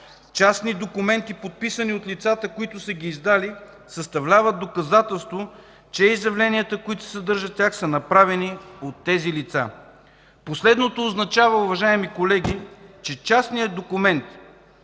частни документи, подписани от лицата, които са ги издали, съставляват доказателство, че изявленията, които се съдържат в тях, са направени от тези лица. Последното, уважаеми колеги, означава, че частният документ,